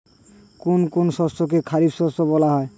কোন কোন শস্যকে খারিফ শস্য বলা হয়?